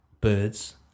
birds